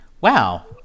Wow